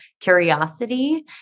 curiosity